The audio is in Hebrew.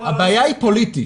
הבעיה היא פוליטית.